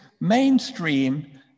mainstream